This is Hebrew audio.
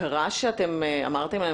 קרה שאתם אמרתם להם,